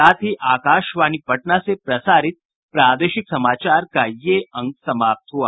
इसके साथ ही आकाशवाणी पटना से प्रसारित प्रादेशिक समाचार का ये अंक समाप्त हुआ